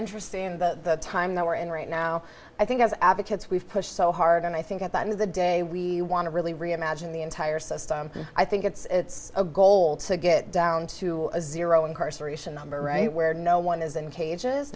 interesting in the time that we're in right now i think as advocates we've pushed so hard and i think at the end of the day we want to really reimagine the entire system i think it's a goal to get down to zero incarceration number right where no one is in cages